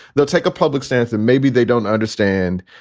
they'll take a public stance and maybe they don't understand.